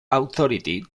authority